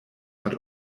but